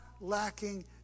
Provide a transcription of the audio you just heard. lacking